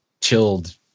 chilled